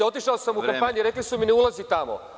Otišao sam u kampanju, rekli su mi – ne ulazi tamo.